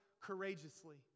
courageously